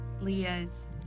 Leah's